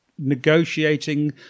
negotiating